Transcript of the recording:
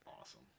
awesome